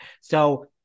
So-